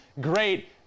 great